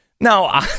Now